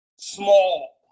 Small